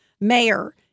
mayor